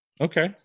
Okay